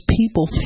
people